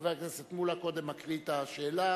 חבר הכנסת מולה קודם מקריא את השאלה